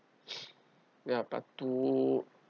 ya but to